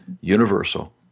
universal